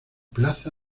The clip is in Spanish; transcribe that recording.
plaza